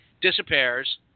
disappears